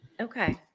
Okay